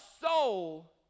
soul